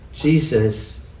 Jesus